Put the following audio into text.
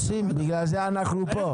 עושים, בגלל זה אנחנו פה.